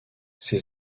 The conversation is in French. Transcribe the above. ses